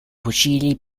fucili